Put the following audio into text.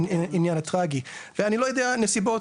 העניין הטרגי ואני לא יודע נסיבות,